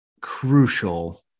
crucial